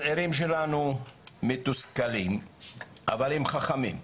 הצעירים שלנו מתוסכלים אבל הם חכמים,